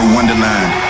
Wonderland